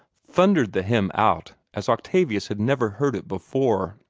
thundered the hymn out as octavius had never heard it before.